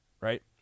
right